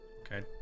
Okay